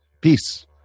peace